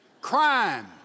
Crime